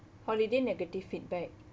holiday negative feedback